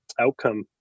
outcome